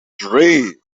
three